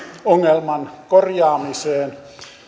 ongelman korjaamiseen